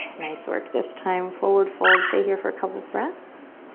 nice work this time. forward fold, stay here for a couple of breaths.